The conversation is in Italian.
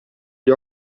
gli